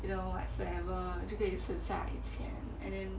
you know whatsoever 你就可以省下一笔钱 and then